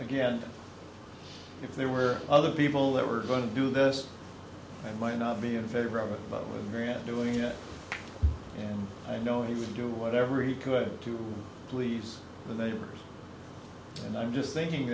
again if there were other people that were going to do this and might not be in favor of a grant doing it i know he would do whatever he could to please the neighbors and i'm just thinking